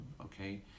okay